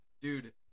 Dude